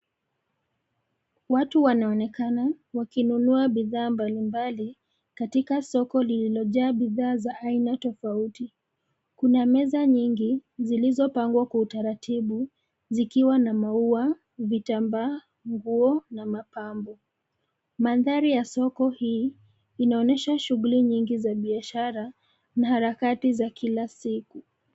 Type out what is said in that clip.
Watu wanaonekana wakinunua bidhaa mbalimbali, katika soko lililojaa bidhaa za aina tofauti. Kuna meza nyingi, zilizopangwa kwa utaratibu, zikiwa na maua, vitambaa, nguo na mapambo. Mandhari ya soko hii, inaonyesha shughuli nyingi za biashara, na harakati za kila siku.